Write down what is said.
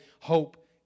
Hope